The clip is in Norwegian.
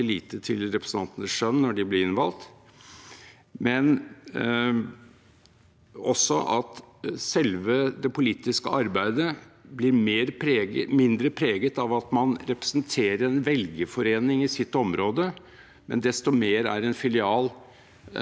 blir mindre preget av at man representerer en velgerforening i sitt område, og desto mer blir en filial av et hovedkontor som bruker sitt organisasjonsapparat til å markedsføre allerede vedtatt politikk.